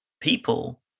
people